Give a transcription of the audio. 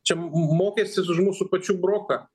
čia m mokestis už mūsų pačių broką